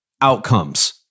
outcomes